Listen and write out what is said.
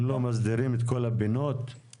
אם לא מסדירים את כל הפינות --- תומר,